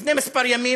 לפני כמה ימים